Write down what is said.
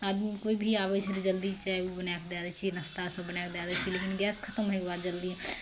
आदमी केओ भी आबै छै तऽ जल्दी चाय ओए बनाय कऽ दए दै छियै नाश्ता सब बनाय कऽ दए दै छियै लेकिन नाश्ता गैस खतम होइके बाद जल्दी